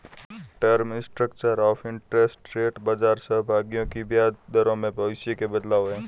term structure of interest rate बाजार सहभागियों की ब्याज दरों में भविष्य के बदलाव है